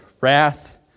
wrath